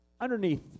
underneath